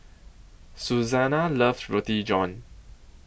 Susanna loves Roti John